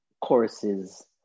courses